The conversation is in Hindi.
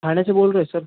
थाने से बोल रहें सर